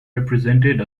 represented